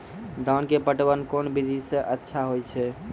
धान के पटवन कोन विधि सै अच्छा होय छै?